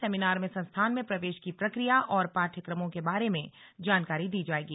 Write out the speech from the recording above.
seminar में संस्थान में प्रवेश की प्रक्रिया और पाठ्यक्रमों के बारे में जानकारी दी जाएगी